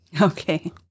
Okay